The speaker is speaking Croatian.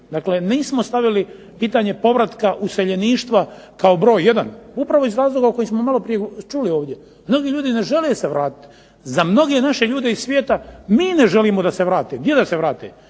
dakle nismo stavili pitanje povratka useljeništva kao broj 1. upravo iz razloga koje smo čuli ovdje, neki ljudi ne žele se vratiti. Za mnoge naše ljude iz svijeta mi ne želimo da se vrate, gdje da se vrate,